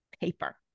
paper